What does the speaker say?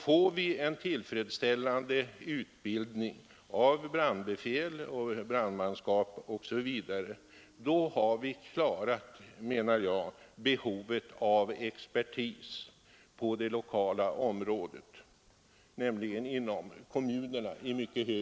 Får vi en tillfredsställande utbildning av brandbefäl, brandmanskap osv., har vi i mycket hög grad klarat, menar jag, behovet av expertis på det lokala området, nämligen inom kommunerna.